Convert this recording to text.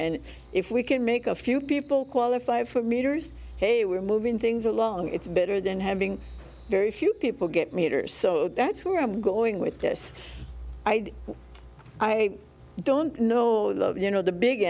and if we can make a few people qualify for meters ok we're moving things along it's better than having very few people get meters so that's where i'm going with this i don't know you know the big